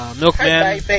Milkman